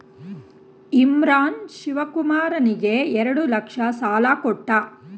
ಇಮ್ರಾನ್ ಶಿವಕುಮಾರನಿಗೆ ಎರಡು ಲಕ್ಷ ಸಾಲ ಕೊಟ್ಟ